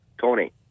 Tony